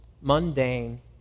mundane